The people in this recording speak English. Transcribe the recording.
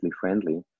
friendly